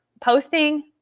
posting